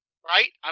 right